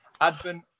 Advent